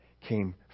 came